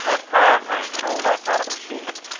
that car of hers, an old isotta fraschini.